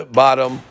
bottom